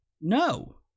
no